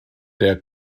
der